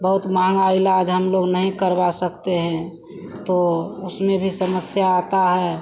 बहुत महँगा इलाज हमलोग नहीं करवा सकते हैं तो उसमें भी समस्या आती है